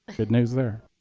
good news there.